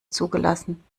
zugelassen